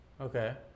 Okay